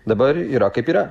dabar yra kaip yra